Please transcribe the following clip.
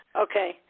Okay